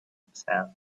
himself